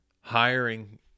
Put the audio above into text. hiring